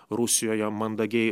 rusijoje mandagiai